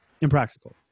impractical